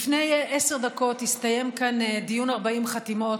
לפני עשר דקות התקיים כאן דיון 40 חתימות